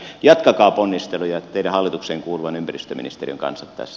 jatkakaa ponnisteluja hallitukseenne kuuluvan ympäristöministerin kanssa tässä